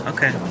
Okay